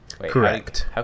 correct